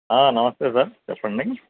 నమస్తే సార్ చెప్పండి